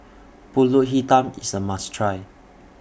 Pulut Hitam IS A must Try